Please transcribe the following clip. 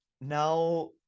Now